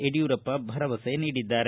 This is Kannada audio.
ಯಡಿಯೂರಪ್ಪ ಭರವಸೆ ನೀಡಿದ್ದಾರೆ